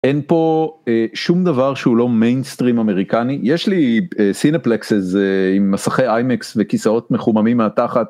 אין פה שום אה.. דבר שהוא לא מיינסטרים אמריקני, יש לי אה.. סינפלקסס עם מסכי איימקס וכיסאות מחוממים מהתחת.